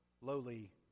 lowly